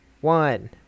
one